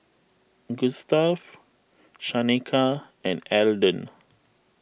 Gustav Shaneka and Elden